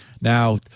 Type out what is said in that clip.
Now